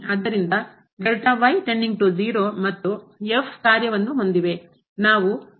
ಆದ್ದರಿಂದ ಮತ್ತು ನಾವು ಕಾರ್ಯವನ್ನು ಹೊಂದಿವೆ